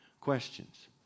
questions